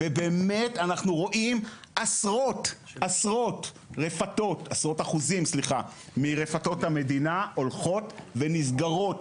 אנחנו רואים עשרות אחוזים מרפתות המדינה שהולכות ונסגרות.